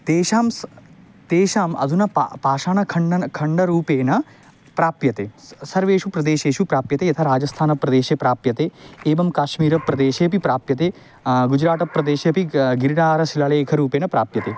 तेषां तु तेषाम् अधुना पा पाषाणखण्डनं खण्डरूपेण प्राप्यते स् सर्वेषु प्रदेशेषु प्राप्यते यथा राजस्थानप्रदेशे प्राप्यते एवं काश्मीरप्रदेशे अपि प्राप्यते गुजरातप्रदेशे अपि गिरिनार शिलालेखरूपेण प्राप्यते